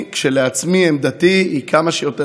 כשלעצמי, עמדתי היא לתת כמה שיותר